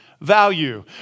value